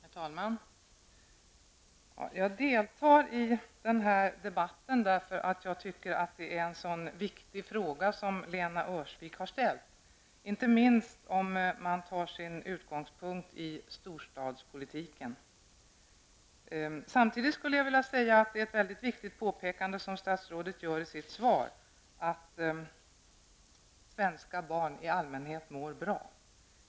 Herr talman! Jag deltar i den här debatten eftersom jag tycker att den fråga Lena Öhrsvik har tagit upp i sin interpellation är så viktig, inte minst om man tar sin utgångspunkt i storstadspolitiken. Samtidigt skulle jag vilja säga att statsrådet i sitt svar gör ett mycket viktigt påpekande, nämligen att svenska barn i allmänhet mår bra.